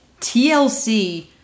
TLC